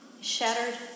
shattered